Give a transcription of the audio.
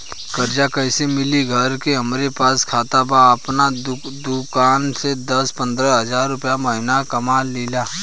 कर्जा कैसे मिली घर में हमरे पास खाता बा आपन दुकानसे दस पंद्रह हज़ार रुपया महीना कमा लीला?